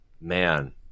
man